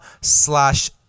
slash